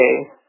okay